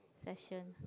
session